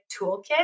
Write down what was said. toolkit